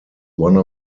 one